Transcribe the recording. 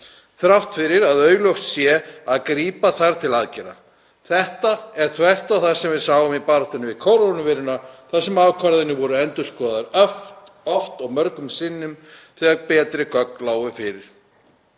þrátt fyrir að augljóst sé að grípa þurfi til aðgerða. Þetta er þvert á það sem við sáum í baráttunni við kórónuveiruna þar sem ákvarðanir voru endurskoðaðar oft og mörgum sinnum þegar betri gögn lágu fyrir.